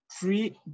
three